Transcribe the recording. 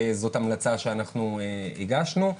זאת המלצה שאנחנו הגשנו.